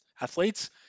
athletes